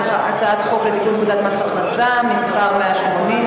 הצעת חוק לתיקון פקודת מס הכנסה (מס' 180),